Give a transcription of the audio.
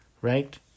Right